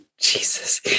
Jesus